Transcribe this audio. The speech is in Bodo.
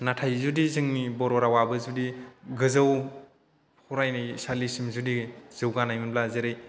नाथाय जुदि जोंनि बर' रावाबो जुदि गोजौ फरायसालिसिम जुदि जौगानायमोनब्ला जेरै